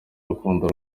rukundo